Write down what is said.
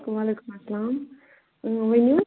وعلیکُم السلام ؤنیُو